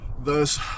Thus